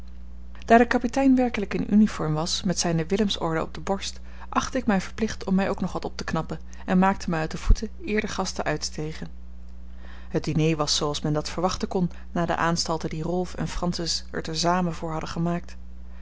daar de kapitein werkelijk in uniform was met zijne willemsorde op de borst achtte ik mij verplicht om mij ook nog wat op te knappen en maakte mij uit de voeten eer de gasten uitstegen het diner was zooals men dat verwachten kon na de aanstalten die rolf en francis er te zamen voor hadden gemaakt